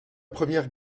première